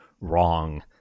wrong